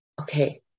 okay